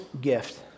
gift